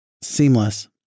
seamless